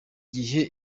gihe